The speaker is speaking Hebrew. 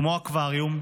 כמו אקווריום,